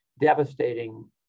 devastating